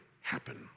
happen